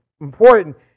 important